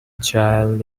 child